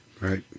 Right